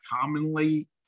commonly